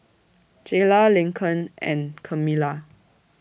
Jaylah Lincoln and Camilla